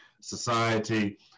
society